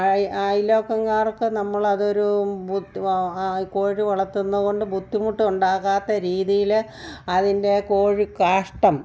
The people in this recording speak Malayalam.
ആയി അയല്പക്കക്കാർക്ക് നമ്മൾ അതൊരു ബുദ്ധി കോഴി വളർത്തുന്നത് കൊണ്ട് ബുദ്ധിമുട്ട് ഉണ്ടാകാത്ത രീതിയിൽ അതിൻ്റെ കോഴി കാഷ്ടം